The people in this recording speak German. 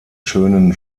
schönen